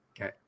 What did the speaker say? okay